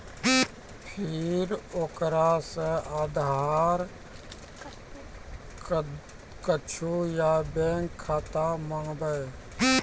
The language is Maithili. फिर ओकरा से आधार कद्दू या बैंक खाता माँगबै?